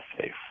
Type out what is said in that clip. safe